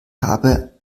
habe